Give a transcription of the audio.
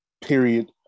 period